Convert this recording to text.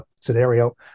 scenario